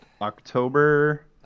October